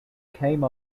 came